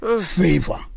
favor